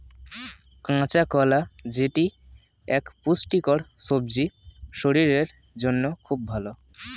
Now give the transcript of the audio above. কাঁচা কলা যেটি এক পুষ্টিকর সবজি শরীরের জন্য খুব ভালো